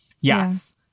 Yes